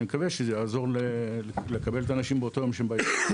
אני מקווה שזה יעזור לקבל את האנשים באותו יום שהם באים.